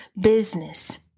business